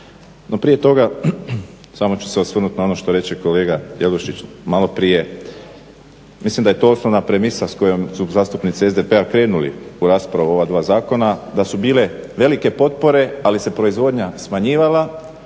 No prije toga samo ću se osvrnuti na ono što reče kolega Jelušić maloprije, mislim da je to osnovna premisa s kojom su zastupnici SDP-a krenuli u raspravu o ova dva zakona, da su bile velike potpore ali se proizvodnja smanjivala,